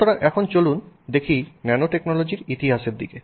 সুতরাং এখন চলুন দেখি ন্যানোটেকনোলজি ইতিহাসের দিকে